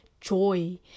joy